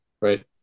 right